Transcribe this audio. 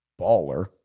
Baller